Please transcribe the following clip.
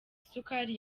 isukari